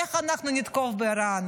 איך אנחנו נתקוף באיראן,